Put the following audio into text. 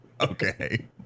okay